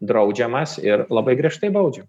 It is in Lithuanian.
draudžiamas ir labai griežtai baudžia